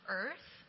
earth